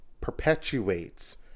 perpetuates